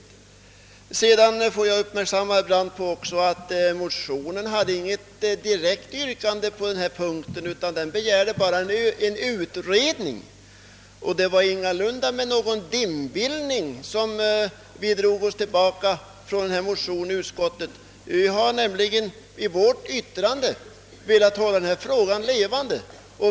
Jag vill göra herr Brandt uppmärksam på att motionen inte hade något direkt yrkande på denna punkt, utan den begärde bara en utredning. Det var ingalunda under någon dimbildning som vi drog oss tillbaka från motionen i utskottet; vi har klart deklarerat vad vi vill, vi har nämligen med vårt yttrande velat hålla frågan levande.